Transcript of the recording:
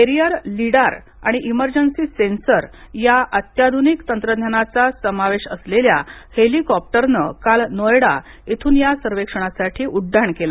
aerial lidar आणि emergency sensor या अत्याधुनिक तंत्रज्ञानाचा समावेश असलेल्या हेलिकॉपटरने काल नोएडा येथून या सर्वेक्षणासाठी उड्डाण केले